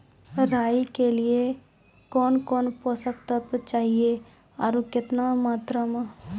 राई के लिए कौन कौन पोसक तत्व चाहिए आरु केतना मात्रा मे?